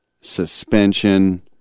suspension